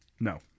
No